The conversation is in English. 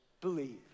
believe